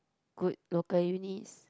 good local unis